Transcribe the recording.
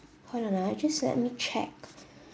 hold on ah just let me check